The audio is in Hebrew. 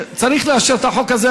צריך לאשר את החוק הזה,